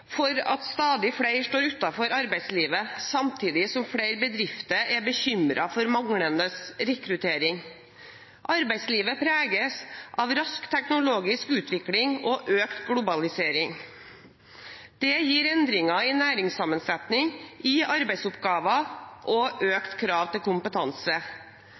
for at stadig flere står utenfor arbeidslivet, samtidig som flere bedrifter er bekymret for manglende rekruttering. Arbeidslivet preges av rask teknologisk utvikling og økt globalisering. Det gir endringer i næringssammensetning, i arbeidsoppgaver og økt krav til kompetanse.